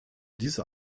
diese